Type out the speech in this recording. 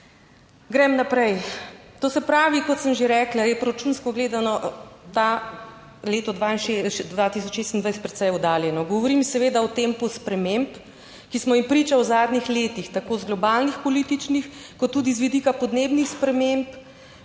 Grem naprej. To se pravi, kot sem že rekla, je proračunsko gledano leto 62, 2026 precej oddaljeno. Govorim seveda o tempu sprememb, ki smo jim priča v zadnjih letih, tako z globalnih političnih kot tudi z vidika podnebnih sprememb